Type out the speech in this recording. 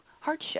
hardship